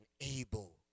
able